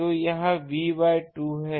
तो यह V by 2 है